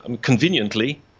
conveniently